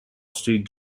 street